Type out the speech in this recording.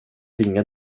ringa